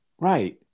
right